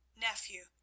nephew